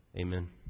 Amen